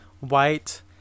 white